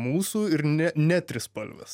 mūsų ir ne ne trispalvės